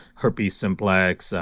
herpes simplex,